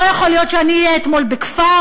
לא יכול להיות שאני אהיה אתמול בכפר,